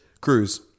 cruise